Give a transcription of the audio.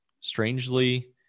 Strangely